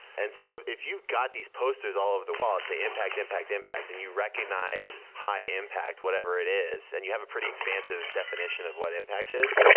and so if you've got these posters all over the wall that and say impact, impact, impact and you recognize high impact, whatever it is, and you have a pretty expansive definition of what impact is,